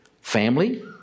family